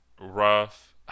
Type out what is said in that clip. rough